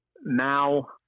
Now